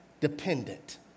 dependent